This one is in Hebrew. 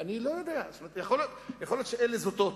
ואני לא יודע, יכול להיות שאלה זוטות,